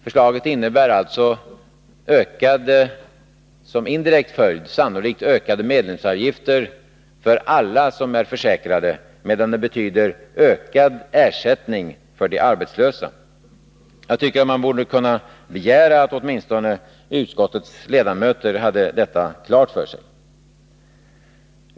Förslaget har sannolikt den indirekta följden att det medför ökade medlemsavgifter för alla som är försäkrade, medan det betyder ökad ersättning för de arbetslösa. Jag tycker att man borde kunna begära att åtminstone utskottets ledamöter hade detta klart för sig.